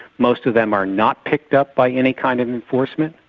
most of them are not picked up by any kind of enforcement.